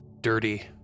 dirty